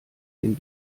dem